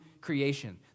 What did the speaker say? creation